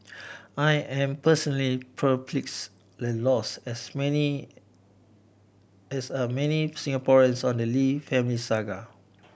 I am personally perplexed and lost as many as are many Singaporeans on the Lee family saga